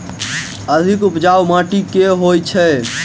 अधिक उपजाउ माटि केँ होइ छै?